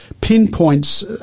pinpoints